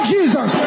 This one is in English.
Jesus